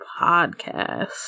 podcast